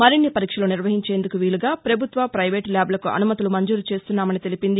మరిన్ని పరీక్షలు నిర్వహించేందుకు వీలుగా ప్రభుత్వ రైవేటు ల్యాబులకు అనుమతులు మంజూరు చేస్తున్నామని పేర్కొంది